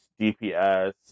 DPS